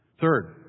Third